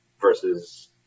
versus